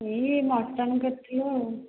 ଏଇ ମଟ୍ନ କରିଥିଲୁ ଆଉ